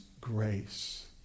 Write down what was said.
grace